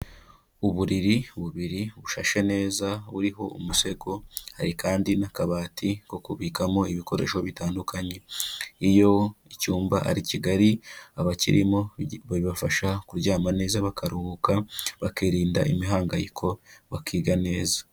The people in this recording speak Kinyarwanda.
Uburiri bubiri bushashe neza buriho umusego, hari kandi n'akabati ko kubikamo ibikoresho bitandukanye, iyo icyumba ari kigari, abakirimo bibafasha kuryama neza bakaruhuka, bakirinda imihangayiko, bakiga neza.